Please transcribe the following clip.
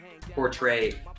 portray